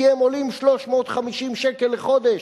כי הם עולים 350 שקל לחודש.